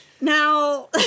Now